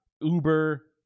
Uber